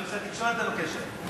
גם למשרד התקשורת אין קשר.